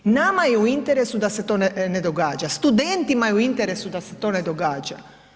Nama je u interesu da se to ne događa, studentima je u interesu da se to ne događa.